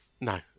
No